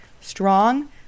strong